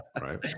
right